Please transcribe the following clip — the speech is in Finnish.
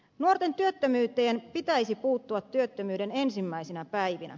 nuorten työttömyyteen pitäisi puuttua työttömyyden ensimmäisinä päivinä